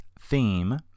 Theme